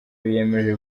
biyemeje